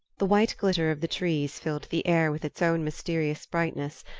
the white glitter of the trees filled the air with its own mysterious brightness,